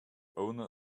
owner